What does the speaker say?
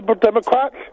Democrats